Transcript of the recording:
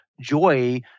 joy